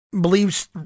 believes